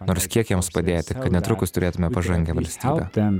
nors kiek jiems padėti kad netrukus turėtume pažangią valstybę